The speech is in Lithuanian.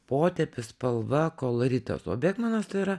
potėpis spalva koloritas o bėkmanas tai yra